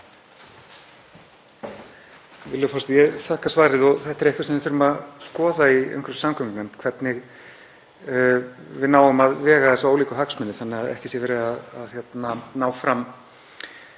forseti. Ég þakka svarið. Þetta er eitthvað sem við þurfum að skoða í umhverfis- og samgöngunefnd, hvernig við náum að vega þessa ólíku hagsmuni þannig að ekki sé verið að ná fram